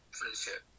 friendship